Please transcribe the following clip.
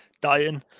dying